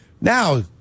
now